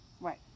Right